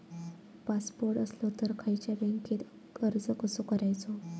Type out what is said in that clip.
Passport असलो तर खयच्या बँकेत अर्ज कसो करायचो?